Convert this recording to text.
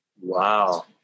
wow